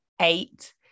eight